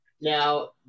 Now